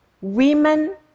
Women